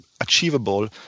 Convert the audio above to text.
achievable